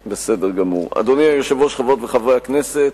אדוני היושב-ראש, חברות וחברי הכנסת,